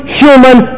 human